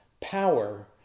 power